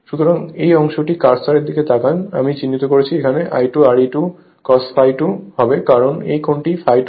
সুতরাং এই অংশটি কার্সারের দিকে তাকান আমি চিহ্নিত করছি এখানে I2 Re2 cos ∅2 হবে কারণ এই কোণটি ∅2 হয়